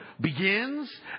begins